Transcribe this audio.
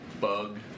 bug